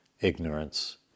ignorance